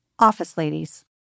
OfficeLadies